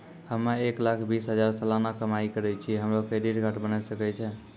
हम्मय एक लाख बीस हजार सलाना कमाई करे छियै, हमरो क्रेडिट कार्ड बने सकय छै?